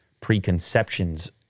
preconceptions